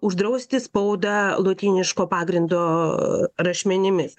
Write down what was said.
uždrausti spaudą lotyniško pagrindo rašmenimis